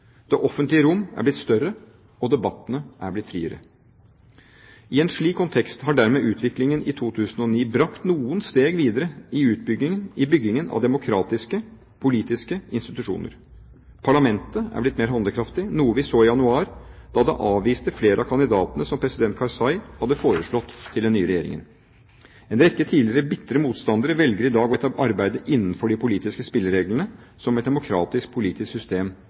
Det offentlige rom er blitt større, og debattene er blitt friere. I en slik kontekst er dermed utviklingen i 2009 brakt noen steg videre i byggingen av demokratiske, politiske institusjoner. Parlamentet er blitt mer handlekraftig, noe vi så i januar da det avviste flere av kandidatene som president Karzai hadde foreslått til den nye regjeringen. En rekke tidligere bitre motstandere velger i dag å arbeide innenfor de politiske spillereglene som et demokratisk politisk system